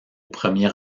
premier